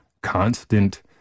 constant